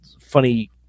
funny